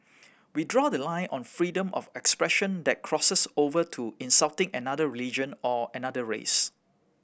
we draw the line on freedom of expression that crosses over to insulting another religion or another race